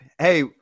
Hey